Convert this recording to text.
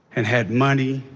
and had money,